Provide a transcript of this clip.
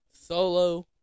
Solo